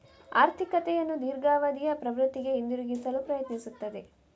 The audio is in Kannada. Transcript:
ಆರ್ಥಿಕತೆಯನ್ನು ದೀರ್ಘಾವಧಿಯ ಪ್ರವೃತ್ತಿಗೆ ಹಿಂತಿರುಗಿಸಲು ಪ್ರಯತ್ನಿಸುತ್ತದೆ